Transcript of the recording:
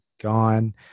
gone